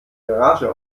garage